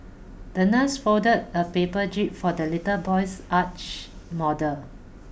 the nurse folded a paper jib for the little boy's yacht model